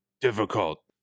difficult